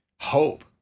hope